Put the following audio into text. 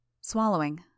Swallowing